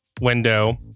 window